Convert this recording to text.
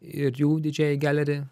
ir jų didžėjai geleri